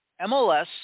MLS